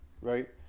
right